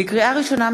לקריאה ראשונה,